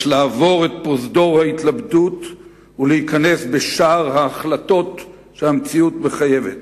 יש לעבור את פרוזדור ההתלבטות ולהיכנס בשער ההחלטות שהמציאות מחייבת.